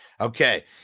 okay